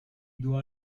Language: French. doit